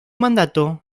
mandato